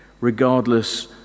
regardless